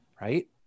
right